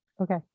Okay